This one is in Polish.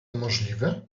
możliwe